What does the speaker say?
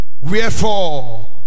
Wherefore